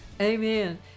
Amen